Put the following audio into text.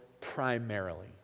primarily